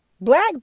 Black